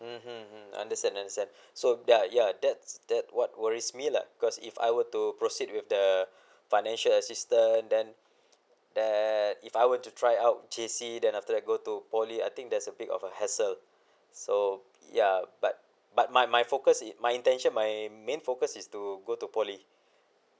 mmhmm mm understand understand so ya ya that's that what worries me lah because if I were to proceed with the financial assistance then that if I were to try out J_C then after that go to poly I think there's a bit of a hassle so ya but but my my focus in~ my intention my main focus is to go to poly